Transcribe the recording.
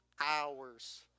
hours